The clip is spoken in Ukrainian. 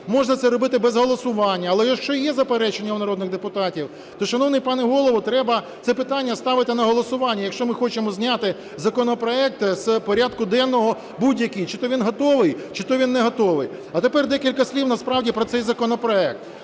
можна це робити без голосування. Але якщо є заперечення у народних депутатів, то, шановний пане Голово, треба це питання ставити на голосування, якщо ми хочемо зняти законопроект з порядку денного будь-який, чи то він готовий, чи то він не готовий. А тепер декілька слів, насправді, про цей законопроект.